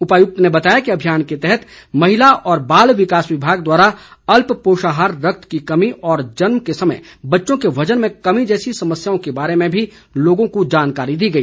उपायुक्त ने बताया कि अभियान के तहत महिला और बाल विकास विभाग द्वारा अल्प पोषाहार रक्त की कमी और जन्म के समय बच्चों के वजन में कमी जैसी समस्याओं के बारे में भी लोगों को जानकारी दी गई